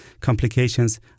complications